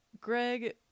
Greg